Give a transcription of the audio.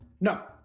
No